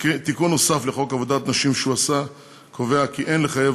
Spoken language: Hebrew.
תיקון נוסף לחוק עבודת נשים שהוא עשה קובע כי אין לחייב